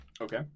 Okay